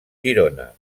girona